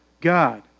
God